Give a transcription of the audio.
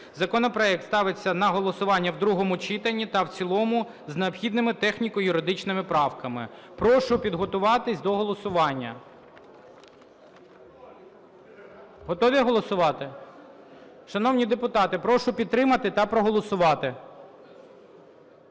Законопроект ставиться на голосування в другому читанні та в цілому, з необхідними техніко-юридичними правками. Прошу підготуватись до голосування. Готові голосувати? Шановні депутати, прошу підтримати та проголосувати.